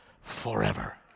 forever